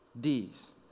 D's